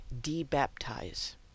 De-Baptize